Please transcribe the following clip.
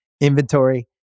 inventory